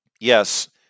Yes